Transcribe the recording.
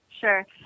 Sure